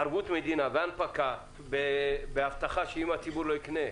ערבות מדינה בהנפקה, בהבטחה שאם הציבור לא יקנה,